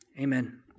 amen